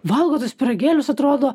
valgo tuos pyragėlius atrodo